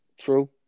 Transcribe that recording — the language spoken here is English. True